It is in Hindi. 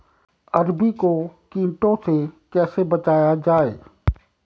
अरबी को कीटों से कैसे बचाया जाए?